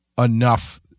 enough